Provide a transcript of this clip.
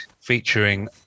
featuring